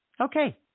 Okay